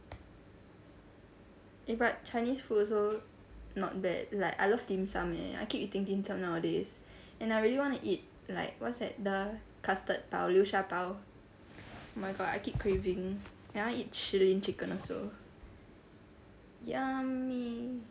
eh but chinese food also not bad like I love dim sum eh I keep eating dim sum nowadays and I really wanna eat like what's that the custard 包流沙包 my god I keep craving and I want to eat Shihlin chicken also yummy